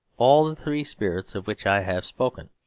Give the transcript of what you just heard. all the three spirits of which i have spoken,